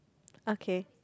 okay